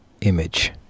image